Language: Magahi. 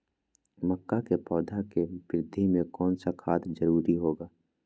मक्का के पौधा के वृद्धि में कौन सा खाद जरूरी होगा?